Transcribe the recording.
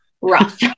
rough